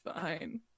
fine